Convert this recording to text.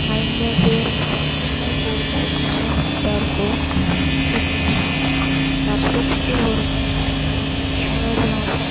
அங்கே தேரிழுப்பாங்க அங்கே கோயிகள் எல்லாம் நல்ல நீட்டாக இருக்கும் அந்த கோயிலில் வர்ஷத்துக்கே ஒரு டைம் அதாவது ஜனவரி மாதம்